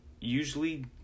usually